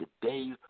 today